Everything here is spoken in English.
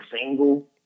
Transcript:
Single